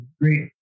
great